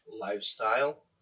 lifestyle